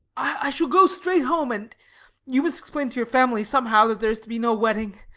i shall go straight home, and you must explain to your family somehow that there is to be no wedding.